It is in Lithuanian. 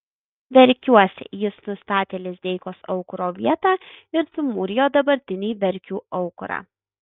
verkiuose jis nustatė lizdeikos aukuro vietą ir sumūrijo dabartinį verkių aukurą